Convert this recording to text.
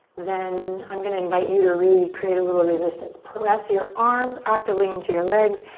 then i'm gonna invite you to really create a little resistance, press your arms actively into your legs,